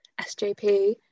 SJP